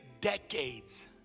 decades